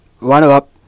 runner-up